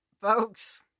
folks